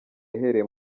yahereye